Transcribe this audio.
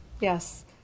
Yes